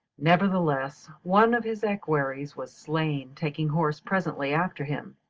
nevertheless, one of his equerries was slain taking horse presently after him,